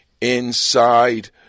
inside